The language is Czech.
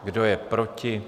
Kdo je proti?